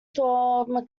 storm